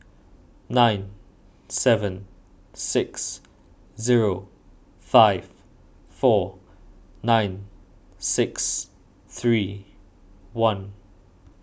nine seven six zero five four nine six three one